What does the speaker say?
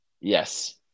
Yes